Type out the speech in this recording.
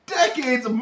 decades